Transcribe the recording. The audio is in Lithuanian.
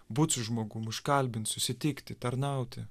būt su žmogum užkalbint susitikti tarnauti